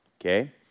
okay